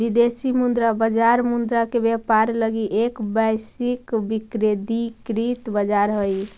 विदेशी मुद्रा बाजार मुद्रा के व्यापार लगी एक वैश्विक विकेंद्रीकृत बाजार हइ